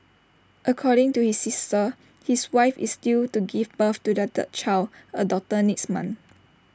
according to his sister his wife is due to give birth to their third child A daughter next month